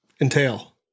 entail